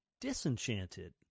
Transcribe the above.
Disenchanted